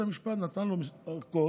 בית המשפט נתן לו ארכות,